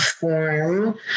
form